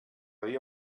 dia